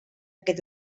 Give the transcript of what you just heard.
aquest